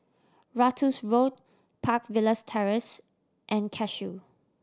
Ratus Road Park Villas Terrace and Cashew